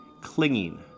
clinging